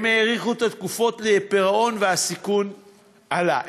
הם האריכו את התקופות לפירעון והסיכון עלה".